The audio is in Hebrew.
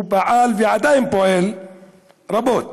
הוא פעל ועדיין פועל רבות